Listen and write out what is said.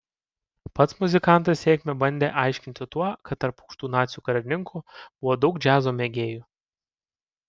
pats muzikantas sėkmę bandė aiškinti tuo kad tarp aukštų nacių karininkų buvo daug džiazo mėgėjų